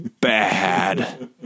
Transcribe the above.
bad